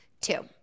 Two